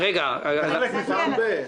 עודד, רצית לשאול.